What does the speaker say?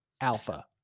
Alpha